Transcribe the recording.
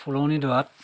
ফুলনিডৰাত